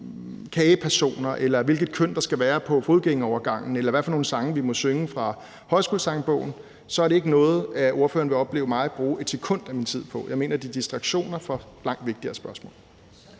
kagepersoner, eller hvilket køn der skal være på fodgængerovergangen, eller hvad for nogle sange vi må synge fra Højskolesangbogen, er det ikke noget, ordføreren vil opleve mig bruge et sekund af min tid på. Jeg mener, at det er distraktioner fra langt vigtigere spørgsmål.